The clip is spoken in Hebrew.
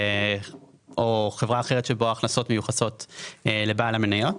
או חברה אחרת שבה ההכנסות מיוחסות לבעל המניות.